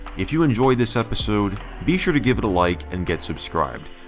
if you enjoyed this episode, be sure to give it a like and get subscribed.